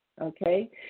okay